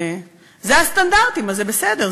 זה הסטנדרטים אז זה בסדר,